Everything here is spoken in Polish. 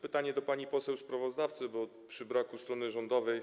Pytanie do pani poseł sprawozdawcy, bo przy braku strony rządowej.